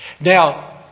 Now